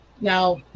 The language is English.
now